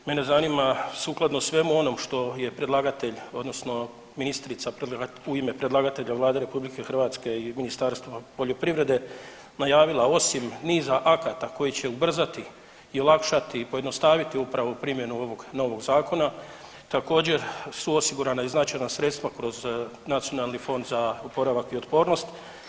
Mene zanima sukladno svemu onom što je predlagatelj odnosno ministrica u ime predlagatelja Vlade RH iz Ministarstva poljoprivrede najavila osim niza akata koji će ubrzati i olakšati, pojednostaviti upravo primjenu ovog novog zakona također su osigurana i značajna sredstva kroz Nacionalni fond za oporavak i otpornost.